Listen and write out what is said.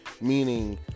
meaning